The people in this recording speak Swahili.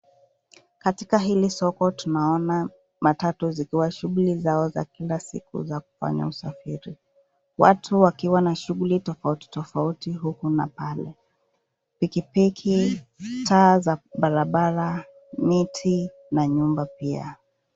Katika hili soko tunaona matukio ya shughuli za kila siku za kufanya biashara. Watu wakiwa na shughuli mbalimbali huku na kule. Pikipiki, teksi, balabala, na miti vinavyoonekana katika mazingira hayo